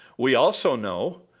we also know,